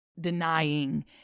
denying